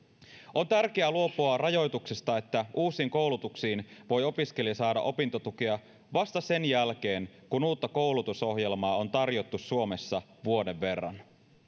on tärkeää luopua rajoituksesta että uusiin koulutuksiin voi opiskelija saada opintotukea vasta sen jälkeen kun uutta koulutusohjelmaa on tarjottu suomessa vuoden verran